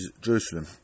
Jerusalem